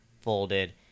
folded